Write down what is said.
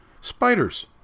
spiders